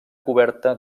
coberta